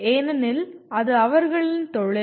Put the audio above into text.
ஏனெனில் அது அவர்களின் தொழில்